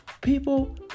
people